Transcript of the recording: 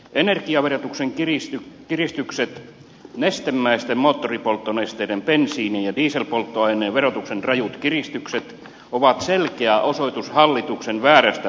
energiaverotuksen kiristykset nestemäisten moottoripolttonesteiden bensiinin ja dieselpolttoaineen verotuksen rajut kiristykset ovat selkeä osoitus hallituksen väärästä verolinjasta